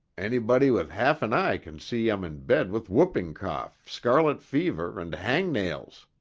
anybody with half an eye can see i'm in bed with whooping cough, scarlet fever and hangnails.